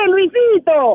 Luisito